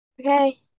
Okay